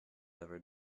ever